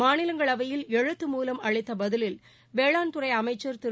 மாநிலங்களவையில் எழுத்து மூலம் அளித்தபதிலில் வேளாண்துறைஅமைச்சள் திரு